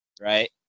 right